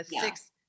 six